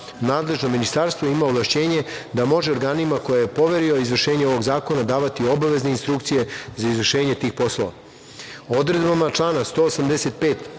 Nadležno ministarstvo ima ovlašćenje da može organima kojima je poverio izvršenje ovog zakona davati obavezne instrukcije za izvršenje tih poslova. Odredbama člana 185.